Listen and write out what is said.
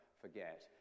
forget